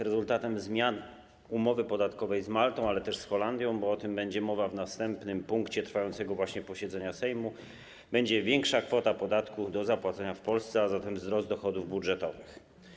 Rezultatem zmian umowy podatkowej z Maltą, ale też z Holandią, bo o tym też będzie mowa w następnym punkcie trwającego właśnie posiedzenia Sejmu, będzie większa kwota podatku do zapłacenia w Polsce, a zatem wzrost dochodów budżetowych.